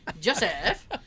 Joseph